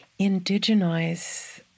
indigenize